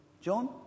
John